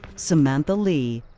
samantha lee,